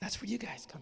that's where you guys com